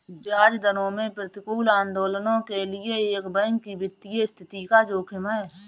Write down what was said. ब्याज दरों में प्रतिकूल आंदोलनों के लिए एक बैंक की वित्तीय स्थिति का जोखिम है